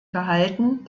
gehalten